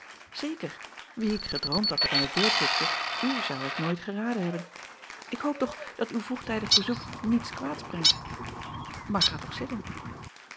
zeker wie ik gedroomd had dat aan de deur tikte u zou ik nooit geraden hebben k hoop toch dat uw vroegtijdig bezoek niets kwaads brengt aar ga toch zitten